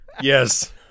Yes